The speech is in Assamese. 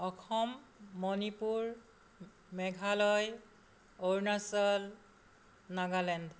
অসম মণিপুৰ মেঘালয় অৰুণাচল নাগালেণ্ড